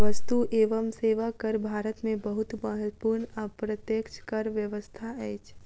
वस्तु एवं सेवा कर भारत में बहुत महत्वपूर्ण अप्रत्यक्ष कर व्यवस्था अछि